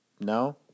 No